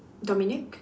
Dominique